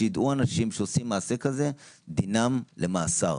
כשאנשים עושים מעשה כזה שידעו שדינם למאסר.